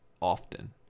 often